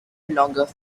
longer